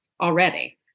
already